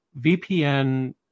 VPN